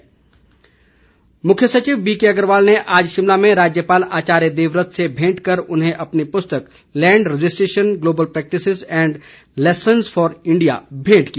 भेंट मुख्य सचिव बीके अग्रवाल ने आज शिमला में राज्यपाल आचार्य देवव्रत से भेंट कर उन्हें अपनी पुस्तक land registration global practices and lessons for India भेंट की